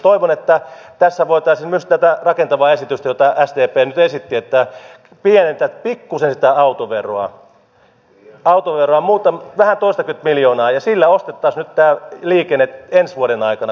toivon että tässä voitaisiin harkita myös tätä rakentavaa esitystä jota sdp nyt esitti että pienennetään pikkuisen sitä autoveron keventämistä vähän toistakymmentä miljoonaa ja sillä ostettaisiin nyt tämä liikenne ensi vuoden aikana kuitenkin